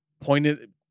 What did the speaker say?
pointed